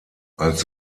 als